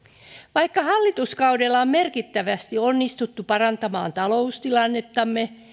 vaikka hallituskaudella on merkittävästi onnistuttu parantamaan taloustilannettamme